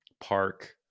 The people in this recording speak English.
park